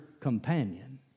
companion